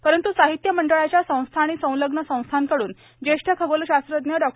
परंत् साहित्य मंडळाच्या संस्था आणि संलग्न संस्थांकडून ज्येष्ठ खगोलशास्त्रज्ञ डॉ